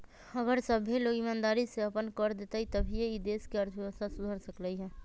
अगर सभ्भे लोग ईमानदारी से अप्पन कर देतई तभीए ई देश के अर्थव्यवस्था सुधर सकलई ह